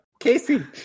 Casey